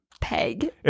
peg